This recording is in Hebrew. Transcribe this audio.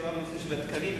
הקשורה בנושא התקנים,